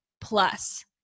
plus